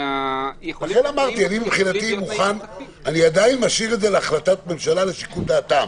לכן אמרתי שאני עדיין משאיר את זה להחלטת ממשלה לשיקול דעתה,